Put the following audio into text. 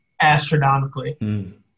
astronomically